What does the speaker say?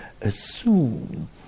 assume